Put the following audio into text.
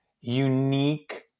unique